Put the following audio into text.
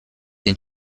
den